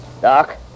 Doc